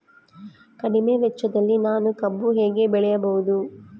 ಕಡಿಮೆ ವೆಚ್ಚದಲ್ಲಿ ನಾನು ಕಬ್ಬು ಹೇಗೆ ಬೆಳೆಯಬಹುದು?